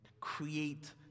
create